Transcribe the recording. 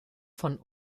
von